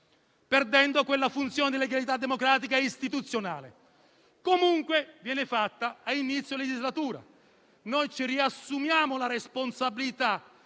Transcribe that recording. perdendo quella funzione di legalità democratica e istituzionale? Comunque viene fatto ad inizio legislatura. Noi ci assumiamo la responsabilità